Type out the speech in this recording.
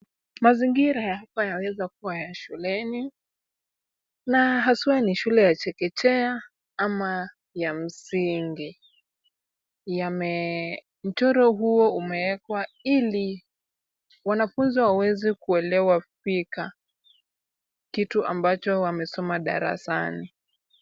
Mazingira ya hapa yaweza kuwa ya shuleni na haswa ni shule ya chekechea ama ya msingi. Mchoro huo umewekwa ili wanafunzi waeze kuelewa fika kitu ambacho wamesoma darasani.